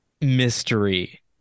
mystery